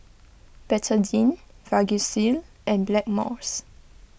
Betadine Vagisil and Blackmores